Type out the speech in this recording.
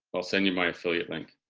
i'll send you my affiliate link.